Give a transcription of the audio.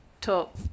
talk